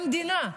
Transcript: למדינה,